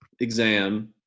exam